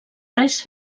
res